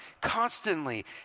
constantly